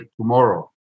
tomorrow